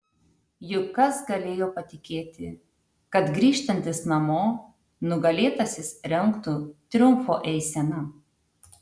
juk kas galėjo patikėti kad grįžtantis namo nugalėtasis rengtų triumfo eiseną